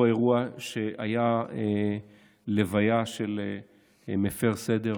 אותו אירוע שהיה לוויה של מפר סדר